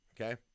Okay